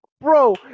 Bro